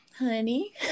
honey